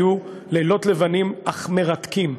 היו לילות לבנים אך מרתקים.